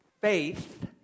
faith